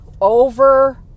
Over